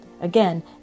again